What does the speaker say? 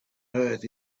earth